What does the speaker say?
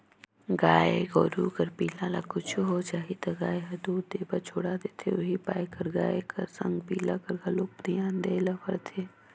गाय गोरु कर पिला ल कुछु हो जाही त गाय हर दूद देबर छोड़ा देथे उहीं पाय कर गाय कर संग पिला कर घलोक धियान देय ल परथे